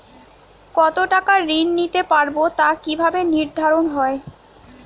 কতো টাকা ঋণ নিতে পারবো তা কি ভাবে নির্ধারণ হয়?